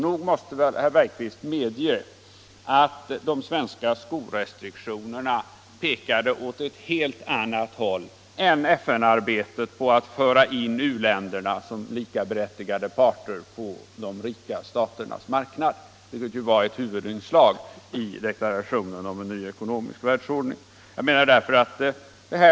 Nog måste herr Bergqvist medge att de svenska skoimportrestriktionerna pekar åt ett helt annat håll än FN-arbetet på att föra in u-länderna såsom likaberättigade parter på de rika staternas marknad, vilket var ett huvudinslag i deklarationen om en ny ekonomisk världsordning.